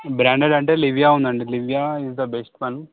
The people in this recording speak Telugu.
బ్రాండెడ్ అంటే లివియా ఉందండీ Livia is the best one